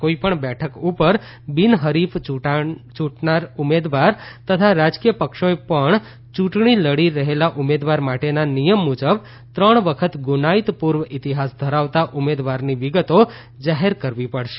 કોઇપણ બેઠક ઉપર બીનહરીફ ચુંટાનાર ઉમેદવાર તથા રાજકીય પક્ષોએ પણ ચુંટણી લડી રહેલા ઉમેદવાર માટેના નિયમ મુજબ ત્રણ વખત ગુનાઇ ત પુર્વ ઇતિહાસ ધરાવતા ઉમેદવારની વિગતો જાહેર કરવી પડશે